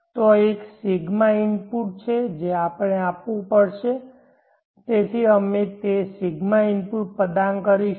ત્યાં એક ρ ઇનપુટ છે જે આપવું પડશે તેથી અમે તે ρ ઇનપુટ પ્રદાન કરીશું